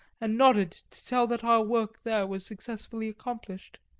and nodded to tell that our work there was successfully accomplished.